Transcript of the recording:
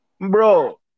bro